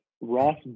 Ross